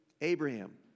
Abraham